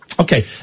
Okay